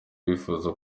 bifuza